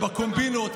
בקומבינות,